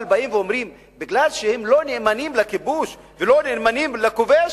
אבל באים ואומרים שמפני שהם לא נאמנים לכיבוש ולא נאמנים לכובש,